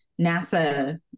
nasa